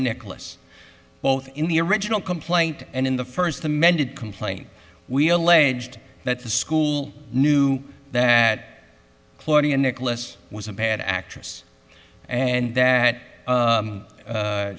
nicholas both in the original complaint and in the first amended complaint we alleged that the school knew that claudia nicholas was a bad actress and that